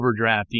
overdrafting